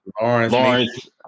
Lawrence